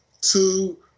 two